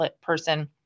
person